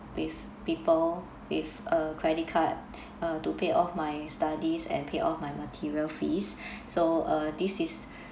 with people with a credit card uh to pay off my studies and pay off my material fees so uh this is